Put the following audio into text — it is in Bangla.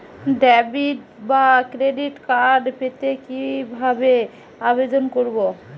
ডেবিট বা ক্রেডিট কার্ড পেতে কি ভাবে আবেদন করব?